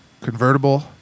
convertible